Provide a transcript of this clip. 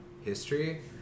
history